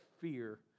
fear